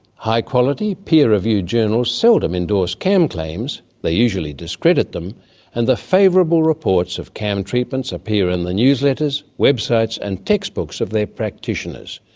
high quality, peer reviewed journals seldom endorse cam claims, they usually discredit them and the favourable reports of cam treatments appear in the newsletters, website and textbooks of their practitioners,